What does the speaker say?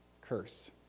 curse